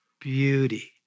beauty